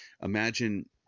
imagine